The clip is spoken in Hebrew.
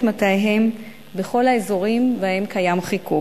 מטעיהם בכל האזורים שבהם קיים חיכוך.